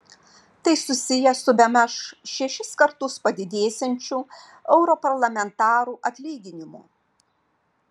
tai susiję su bemaž šešis kartus padidėsiančiu europarlamentarų atlyginimu